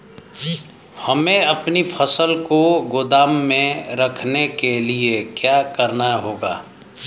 हमें अपनी फसल को गोदाम में रखने के लिये क्या करना होगा?